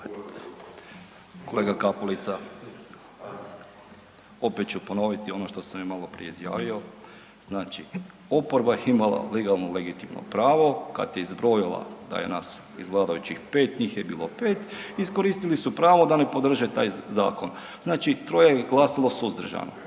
Kolega Kapulica, opet ću ponoviti ono što sam i maloprije izjavio. Znači, oporba je imala legalno i legitimno pravo kad je izbrojila da je nas iz vladajućih 5, njih je bilo 5, iskoristili su pravo da ne podrže taj zakon. Znači troje je glasalo suzdržano,